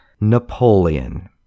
Napoleon